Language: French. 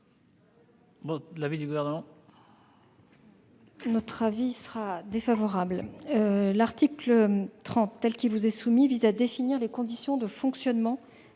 l'avis du Gouvernement ?